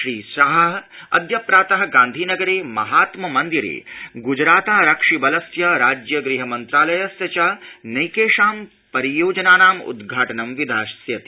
श्री शाहः अद्य प्रातः गान्धीनगर ज़हात्म मन्दिर ज़िजरातारक्षिबलस्य राज्य गृहमन्त्रालयस्य च नैकासां परियोजनानाम उद्घाटनं विधास्यति